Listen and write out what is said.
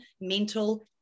mental